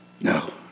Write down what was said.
No